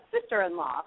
sister-in-law